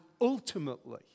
ultimately